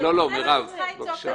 כשאני נכנסת היא צריכה לצעוק עליי.